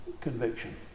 conviction